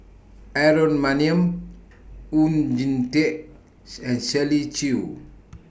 Aaron Maniam Oon Jin Teik and Shirley Chew